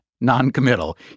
noncommittal